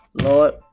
Lord